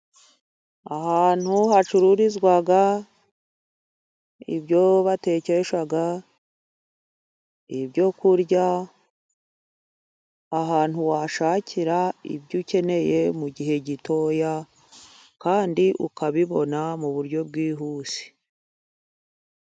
Ahantu hacururizwa ibyo batekesha ibyo kurya, ahantu washakira ibyo ukeneye, mu gihe gito kandi ukabibona mu buryo bwihuse.